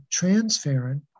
transferrin